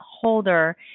holder